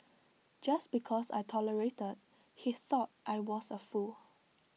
just because I tolerated he thought I was A fool